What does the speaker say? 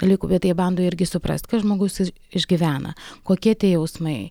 dalykų bet jie bando irgi suprast ką žmogus išgyvena kokie tie jausmai